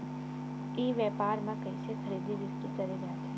ई व्यापार म कइसे खरीदी बिक्री करे जाथे?